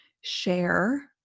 share